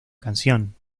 canción